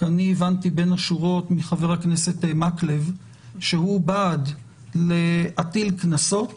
אני הבנתי בין השורות מחבר הכנסת מקלב שהוא בעד להטיל קנסות